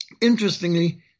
interestingly